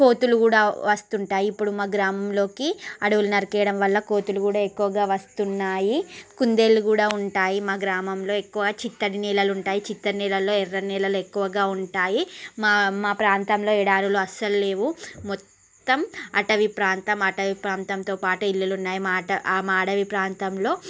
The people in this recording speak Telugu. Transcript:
కోతులు కూడా వస్తుంటాయి ఇప్పుడు మా గ్రామంలోకి అడవుల నరికేయడం వల్ల కోతులు కూడా ఎక్కువగా వస్తున్నాయి కుందేలు కూడా ఉంటాయి మా గ్రామంలో ఎక్కువ చిత్తడి నేలలు ఉంటాయి చిత్తడి నీళ్ళల్లో ఎర్రని నీళ్ళల్లో ఎక్కువగా ఉంటాయి మా మా ప్రాంతంలో ఎడారులు అస్సలు లేవు మొత్తం అటవీ ప్రాంతం అటవీ ప్రాంతంతో పాటు ఇల్లులు ఉన్నాయి మా అటవీ మా అడవి ప్రాంతంలో